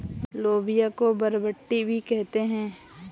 लोबिया को बरबट्टी भी कहते हैं